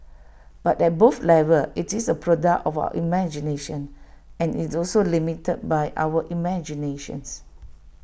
but at both levels IT is A product of our imagination and IT is also limited by our imaginations